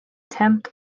tempt